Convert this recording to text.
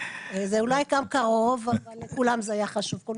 זה אולי קרוב, אבל לכל מי שחתום זה היה חשוב.